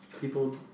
People